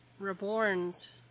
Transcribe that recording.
Reborns